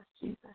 Jesus